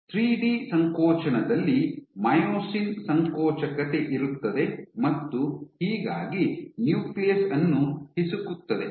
three D ಸಂಕೋಚನದಲ್ಲಿ myosin ಸಂಕೋಚಕತೆ ಇರುತ್ತದೆ ಮತ್ತು ಹೀಗಾಗಿ ನ್ಯೂಕ್ಲಿಯಸ್ ಅನ್ನು ಹಿಸುಕುತ್ತದೆ